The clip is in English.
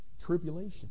tribulation